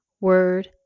word